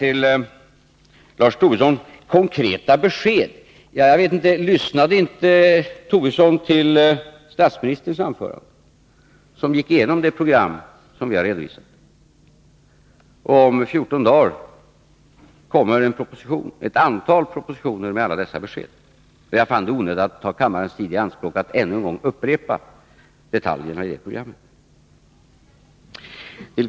Till Lars Tobisson vill jag säga beträffande konkreta besked: Lyssnade inte Lars Tobisson till statsministerns anförande, där han gick igenom det program som vi har redovisat? Om 14 dagar kommer ett antal propositioner med alla dessa besked. Jag fann det onödigt att ta kammarens tid i anspråk med att ännu en gång upprepa detaljerna i det programmet.